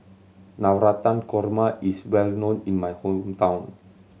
Navratan Korma is well known in my hometown